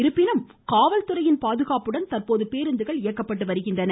இருப்பினும் காவல்துறையின் பாதுகாப்புடன் தற்போது பேருந்துகள் இயக்கப்பட்டு வருகின்றன